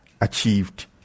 achieved